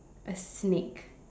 a snake